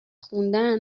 خوندن